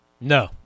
No